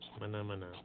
Manamana